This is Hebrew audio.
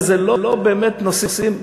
ואלה לא באמת נושאים,